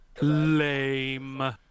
Lame